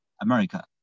America